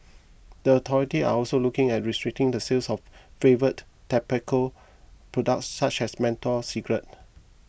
the authority are also looking at restricting the sale of flavoured tobacco products such as menthol cigarettes